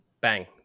bang